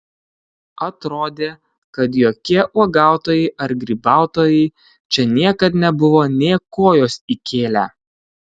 atrodė kad jokie uogautojai ar grybautojai čia niekad nebuvo nė kojos įkėlę